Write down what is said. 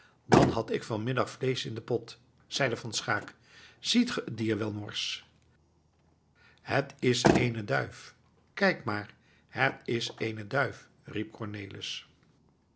dan had ik vanmiddag vleesch in den pot zeide van schaeck ziet gij het dier wel morsch het is eene duif kijk maar het is eene duif riep cornelis